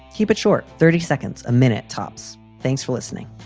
keep it short. thirty seconds a minute, tops. thanks for listening